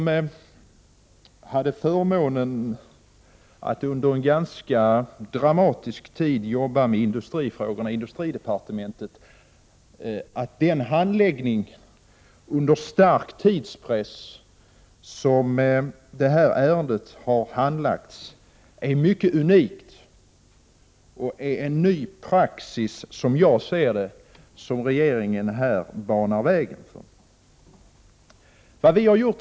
Jag hade förmånen att under en ganska dramatisk tid arbeta med industrifrågorna i industridepartementet, och jag måste personligen säga att den handläggning under stark tidspress som det här är fråga om är unik. Den innebär, som jag ser det, en ny praxis som regeringen här banar väg för.